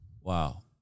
Wow